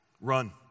Run